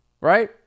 right